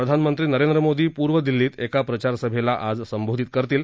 प्रधानमंत्री नरेंद्र मोदी पूर्व दिल्लीत एका प्रचारसभेला आज संबोधित करतील